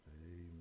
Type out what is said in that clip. Amen